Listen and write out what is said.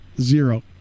Zero